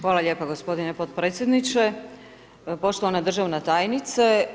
Hvala lijepa gospodine podpredsjedniče, poštovana državna tajnice.